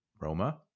roma